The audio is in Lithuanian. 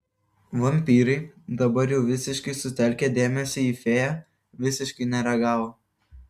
vampyrai dabar jau visiškai sutelkę dėmesį į fėją visiškai nereagavo